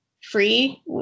free